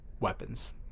weapons